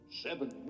seven